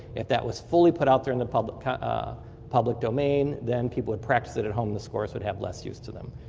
if that was fully put out there in the public ah public domain, then people would practice it at home and the scores would have less use to them.